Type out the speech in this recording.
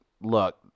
look